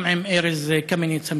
גם עם ארז קמיניץ,